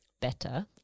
better